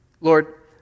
Lord